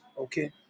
Okay